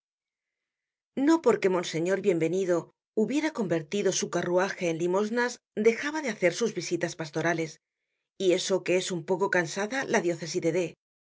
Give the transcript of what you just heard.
no porque monseñor bienvenido hubiera convertido su carruaje en limosnas dejaba de hacer sus visitas pastorales y eso que es un poco cansada la diócesi